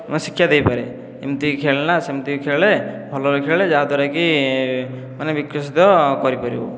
ଶିକ୍ଷା ଦେଇପାରେ ଏମିତି ଖେଳେନା ସେମିତି ଖେଳେ ଭଲରେ ଖେଳେ ଯାହା ଦ୍ଵାରାକି ମାନେ ବିକଶିତ କରିପାରିବୁ